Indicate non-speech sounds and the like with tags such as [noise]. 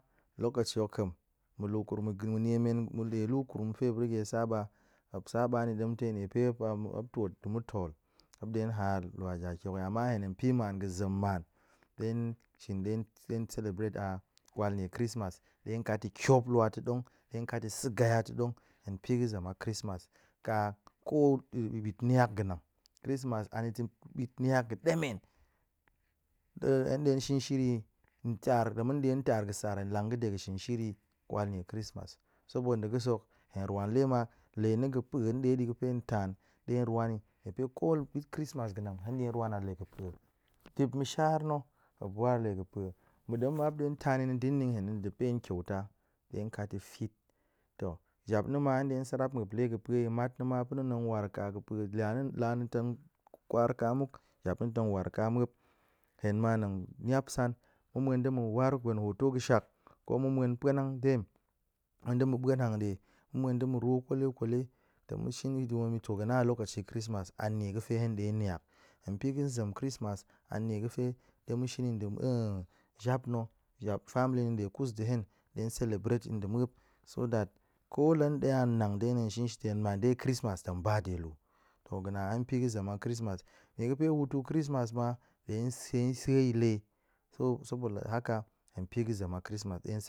Mu lu kurung gə ma̱ niemen mu de lu kurung ga̱fe muop rige saba, muop saba ni detai niefe muop twot nde ma̱ tol muop de haar lua jaki hok, ama hen hen piman ga̱ zem man de shit de de celebrate a kwal nie chrismas de kat ta̱ tuop lua ta̱ tong, de kat sa̱ gaya ta tong hen pi ga̱ zem a chrismas ka ko bit niak ga̱nang. Chrismas ta̱ bit niak ga̱ demen [unintelligible] hen de shin shiri nɗa̱a̱n taar la ma̱ de taar ga̱ sar hen lang ga̱de ga̱ shin shiri kwal nie chrismas, sobo nde ga̱sek hen rwan le ma le na̱ ga̱ pa̱e nde di ga̱pe hen taan de rwan ni, niefe ko chrismas ga̱nang hen de rwan a le ga̱ pa̱e. Dip ma̱shar na̱ muop rwan a le ga̱ pa̱e, ma̱ dem ma muop de taan ni tong da̱ pen kyaita de kat ta̱ fit, to jap na̱ ma hen de sarap muop le ga̱ pa̱e hi mat na̱ ma pa̱na̱ tong war ka ga̱ pa̱e la na̱ la na̱ tong kwar ka muk jap na̱ tong war ka muop hen ma hen niap san, ma̱ muen de ma̱ war gwen hoto ga̱shak ko ma̱ muen pa̱nang dem muen de ma̱ ɓuen hanɗe, muen de rwu kwalekwale tong ma̱ shin [unintelligible] to ga̱ na alokaci chrismas nie ga̱fe hen de niak, hen pi ga̱ zem chrismas an nie ga̱fe de ma̱ shin ni nde [hesitation] jap na̱ jap family na̱ de kus nde hen de celebrate tin nda̱ muap so that ko la de an nang dai hen de tong shin shit yi hen man dai chrismas hen tong ba de lu, to ga̱ na hen pi ga̱ zem a chrismas nie ga̱fe hutu chrismas ma de sa̱-sa̱ele so soboda haka hen pi ga̱ zem a chrisma de